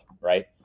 right